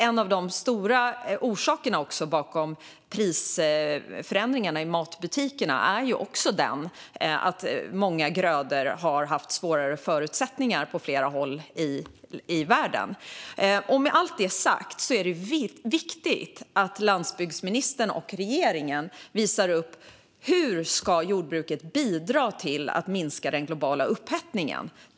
En av de stora orsakerna bakom prisförändringarna i matbutikerna är att många grödor har haft svårare förutsättningar på flera håll i världen. Med allt detta sagt är det viktigt att landsbygdsministern och regeringen visar upp hur jordbruket ska bidra till att minska den globala upphettningen.